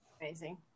amazing